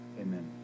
amen